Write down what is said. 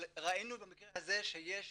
אבל ראינו במקרה הזה שיש